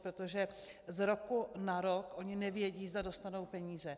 Protože z roku na rok oni nevědí, zda dostanou peníze.